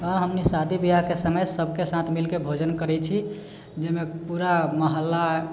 हमनि शादी ब्याहके समय सभके साथ मिलके भोजन करै छी जाहिमे पूरा मोहल्ला